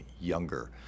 younger